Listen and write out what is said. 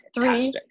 three